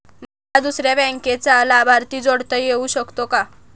मला दुसऱ्या बँकेचा लाभार्थी जोडता येऊ शकतो का?